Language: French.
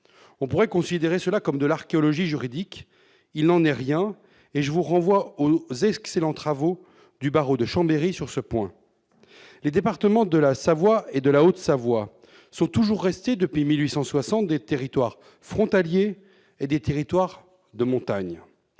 On pourrait considérer cela comme de l'archéologie juridique ; il n'en est rien, et je vous renvoie aux excellents travaux du barreau de Chambéry sur ce point. Les départements de la Savoie et de la Haute-Savoie sont toujours restés, depuis 1860, des territoires frontaliers et des territoires de montagne.